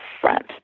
front